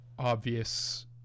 obvious